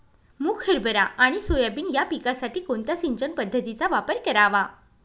मुग, हरभरा आणि सोयाबीन या पिकासाठी कोणत्या सिंचन पद्धतीचा वापर करावा?